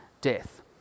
death